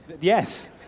Yes